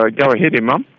ah go ahead imam.